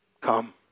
come